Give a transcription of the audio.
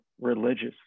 religious